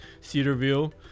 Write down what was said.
Cedarville